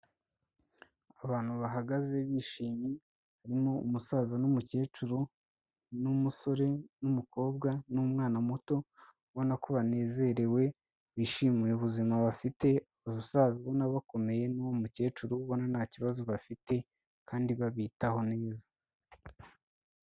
Abantu bahagaze bishimye harimo umusaza n'umukecuru n'umusore n'umukobwa n'umwana muto, ubona ko banezerewe bishimiye ubuzima bafite ubusaza n'abakomeye n'uwo mukecuru ubona nta kibazo bafite kandi babitaho neza.